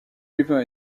river